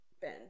Ben